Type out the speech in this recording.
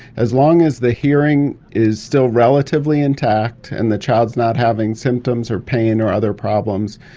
as long as the hearing is still relatively intact and the child is not having symptoms or pain or other problems,